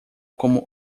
como